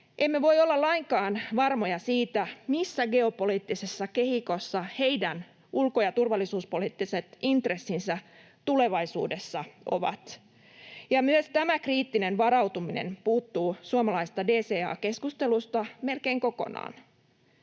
emme voi olla lainkaan varmoja siitä, missä geopoliittisessa kehikossa heidän ulko‑ ja turvallisuuspoliittiset intressinsä tulevaisuudessa ovat, ja myös tämä kriittinen varautuminen puuttuu suomalaisesta DCA-keskustelusta melkein kokonaan.